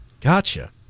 Gotcha